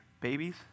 Babies